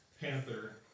Panther